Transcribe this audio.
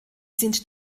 sind